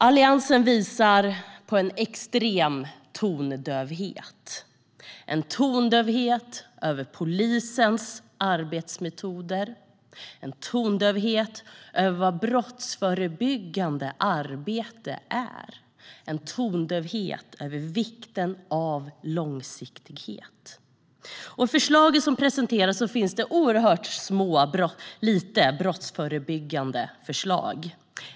Alliansen visar en extrem tondövhet - en tondövhet för polisens arbetsmetoder, en tondövhet för vad brottsförebyggande arbete är och en tondövhet för vikten av långsiktighet. Av de förslag som presenteras finns det väldigt få brottsförebyggande förslag.